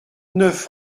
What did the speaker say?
neuf